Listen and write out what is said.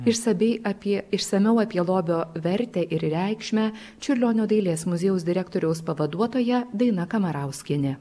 išsabiai apie išsamiau apie lobio vertę ir reikšmę čiurlionio dailės muziejaus direktoriaus pavaduotoja daina kamarauskienė